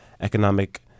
economic